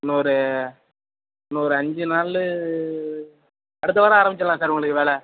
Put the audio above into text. இன்னொரு இன்னொரு அஞ்சு நாள் அடுத்த வாரம் ஆரம்பிச்சுலாம் சார் உங்களுக்கு வேலை